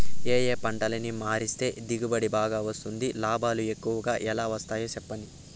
ఏ ఏ పంటలని మారిస్తే దిగుబడి బాగా వస్తుంది, లాభాలు ఎక్కువగా ఎలా వస్తాయి సెప్పండి